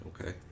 Okay